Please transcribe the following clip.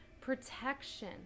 protection